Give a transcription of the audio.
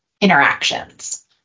interactions